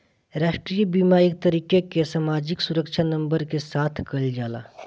राष्ट्रीय बीमा एक तरीके कअ सामाजिक सुरक्षा नंबर के साथ कइल जाला